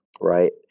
right